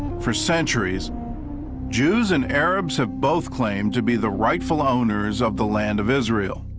for centuries jews and arabs have both claimed to be the rightful owners of the land of israel.